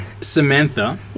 Samantha